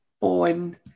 on